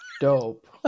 Dope